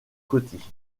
coty